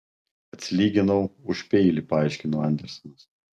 atsilyginau už peilį paaiškino andersonas